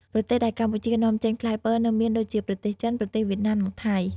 ប្រទេសដែលកម្ពុជានាំចេញផ្លែបឺរទៅមានដូចជា ប្រទេសចិន ប្រទេសវៀតណាម និងថៃ។